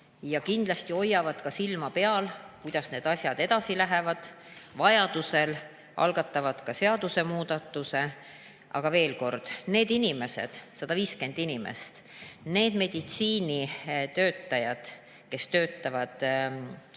ja kindlasti hoiavad ka silma peal, kuidas need asjad edasi lähevad, ning vajaduse korral algatavad ka seadusemuudatuse. Aga veel kord: need inimesed, 150 inimest, need meditsiinitöötajad, kes töötavad